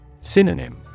Synonym